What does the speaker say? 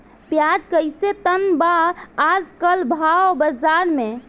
प्याज कइसे टन बा आज कल भाव बाज़ार मे?